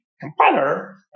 compiler